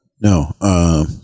no